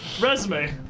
Resume